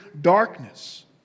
darkness